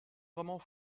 vraiment